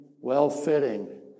well-fitting